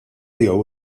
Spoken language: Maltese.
tiegħu